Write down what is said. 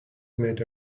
made